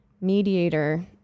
mediator